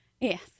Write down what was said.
Yes